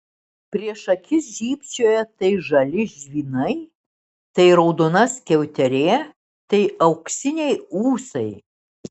prieš akis žybčiojo tai žali žvynai tai raudona skiauterė tai auksiniai ūsai